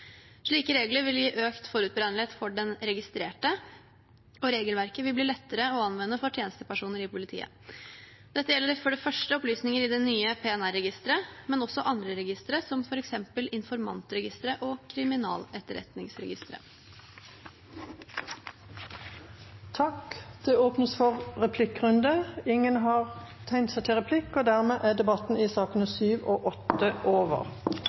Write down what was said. Slike regler vil gi økt forutberegnelighet for den registrerte, og regelverket vil bli lettere å anvende for tjenestepersoner i politiet. Dette gjelder for det første opplysninger i det nye PNR-registeret, men også andre registre, som f.eks. informantregisteret og kriminaletterretningsregisteret. Flere har ikke bedt om ordet til sakene nr. 7 og 8. Etter ønske fra justiskomiteen vil presidenten ordne debatten slik: 5 minutter til hver partigruppe og